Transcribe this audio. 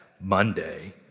Monday